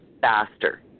faster